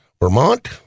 Vermont